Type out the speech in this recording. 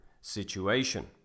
situation